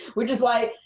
which is why,